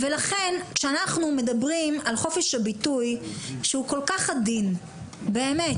ולכן כשאנחנו מדברים על חופש הביטוי שהוא כל כך עדין באמת